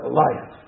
life